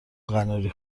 قناری